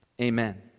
amen